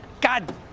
God